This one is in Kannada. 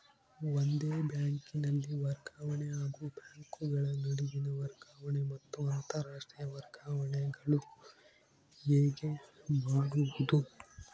ಒಂದೇ ಬ್ಯಾಂಕಿನಲ್ಲಿ ವರ್ಗಾವಣೆ ಹಾಗೂ ಬ್ಯಾಂಕುಗಳ ನಡುವಿನ ವರ್ಗಾವಣೆ ಮತ್ತು ಅಂತರಾಷ್ಟೇಯ ವರ್ಗಾವಣೆಗಳು ಹೇಗೆ ಮಾಡುವುದು?